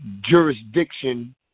jurisdiction